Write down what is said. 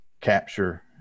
capture